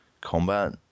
combat